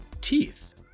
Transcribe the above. teeth